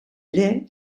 ere